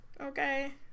Okay